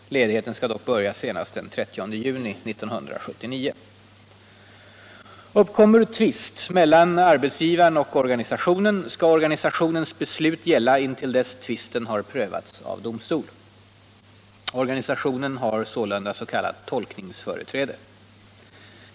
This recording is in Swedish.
Ledigheten skall dock börja senast den 30 juni 1979. Uppkommer tvist mellan arbetsgivaren och organisationen skall organisationens beslut gälla intill dess tvisten har prövats av domstol. Organisationen har sålunda s.k. tolkningsföreträde.